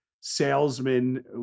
salesman